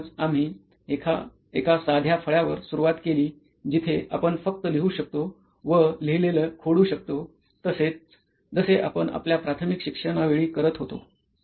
म्हणूनच आम्ही एका सध्या फळ्यावर सुरवात केली जिथे आपण फक्त लिहू शकतो व लिहलेलं खोडू शकतो तसेच जसे आपण आपल्या प्राथमिक शिक्षणावेळी करत होतो